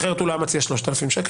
אחרת הוא לא היה מציע 3,000 שקל,